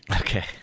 Okay